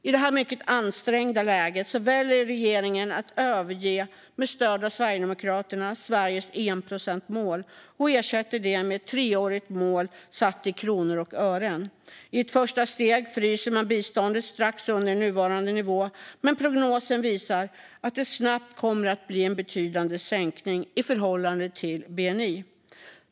I det här mycket ansträngda läget väljer regeringen att överge, med stöd av Sverigedemokraterna, Sveriges enprocentsmål och ersätter det med ett treårigt mål satt i kronor och ören. I ett första steg fryser man biståndet strax under nuvarande nivå, men prognosen visar att det snabbt kommer att bli en betydande sänkning i förhållande till bni.